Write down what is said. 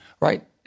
right